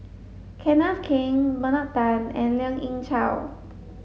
Kenneth Keng Bernard Tan and Lien Ying Chow